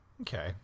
Okay